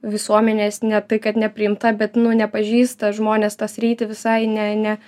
visuomenės ne tai kad nepriimta bet nu nepažįsta žmonės ta sritį visai ne ne